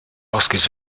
lorsqu’ils